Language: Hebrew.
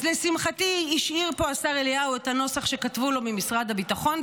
אז לשמחתי השאיר פה השר אליהו את הנוסח שכתבו לו ממשרד הביטחון,